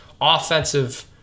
offensive